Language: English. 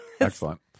Excellent